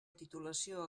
titulació